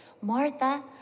Martha